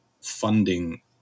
funding